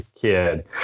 kid